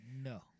No